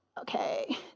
okay